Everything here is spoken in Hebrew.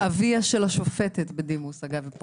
אביה של השופטת בדימוס יהודית צור מבית המשפט המחוזי בירושלים,